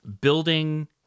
Building